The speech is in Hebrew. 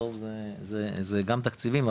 בסוף זה גם תקציבים,